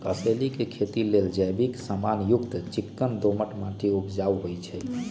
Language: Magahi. कसेलि के खेती लेल जैविक समान युक्त चिक्कन दोमट माटी उपजाऊ होइ छइ